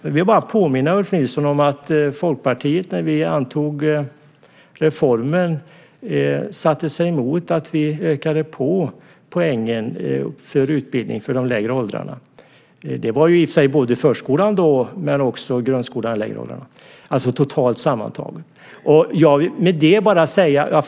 Jag vill påminna Ulf Nilsson om att Folkpartiet satte sig mot, när vi antog reformen, att vi ökade på utbildningen när det gäller de lägre åldrarna. Det gällde sammantaget de lägre åldrarna i förskolan men också i grundskolan.